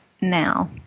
now